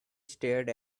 stared